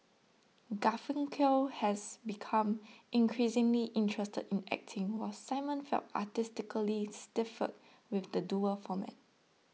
Garfunkel had become increasingly interested in acting while Simon felt artistically stifled within the duo format